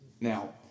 Now